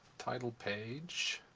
title page.